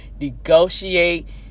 negotiate